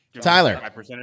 Tyler